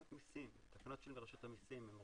זה תקנות של רשות המיסים.